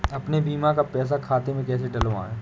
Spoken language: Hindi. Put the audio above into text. अपने बीमा का पैसा खाते में कैसे डलवाए?